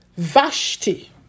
Vashti